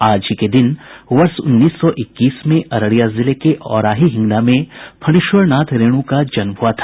आज ही के दिन वर्ष उन्नीस सौ इक्कीस में अररिया जिले के औराही हिंगना में फणीश्वर नाथ रेणु का जन्म हुआ था